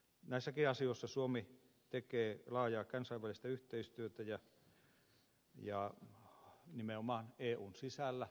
näissäkin asioissa suomi tekee laajaa kansainvälistä yhteistyötä ja nimenomaan eun sisällä